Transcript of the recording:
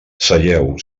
seieu